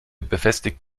befestigt